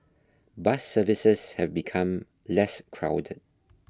bus services have become less crowded